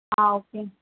okay అండి